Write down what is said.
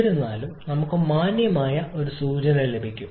എന്നിരുന്നാലും നമുക്ക് മാന്യമായ ഒരു സൂചന ലഭിക്കും